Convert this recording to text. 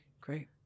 great